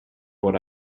what